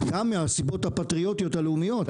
גם מהסיבות הפטריוטיות הלאומיות,